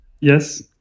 Yes